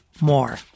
more